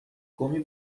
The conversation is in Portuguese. come